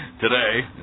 today